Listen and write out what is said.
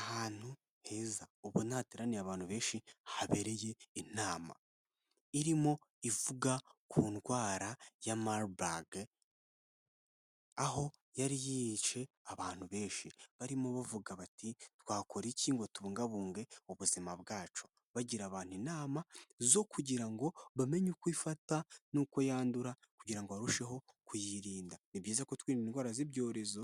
Ahantu heza ubona hateraniye abantu benshi habereye inama irimo ivuga ku ndwara ya MARBURG aho yari yishe abantu benshi barimo bavuga bati twakora iki ngo tubungabunge ubuzima bwacu bagira abantu inama zo kugira ngo bamenye uko ifata n'uko yandura kugira ngo barusheho kuyirinda ni byiza ku twirinda indwara z'ibyorezo